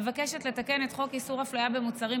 מבקשת לתקן את חוק איסור הפליה במוצרים,